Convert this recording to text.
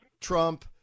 Trump